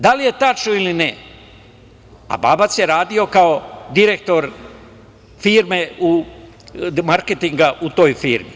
Da li je tačno ili ne, a Babac je radio kao direktor marketinga u toj firmi?